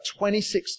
26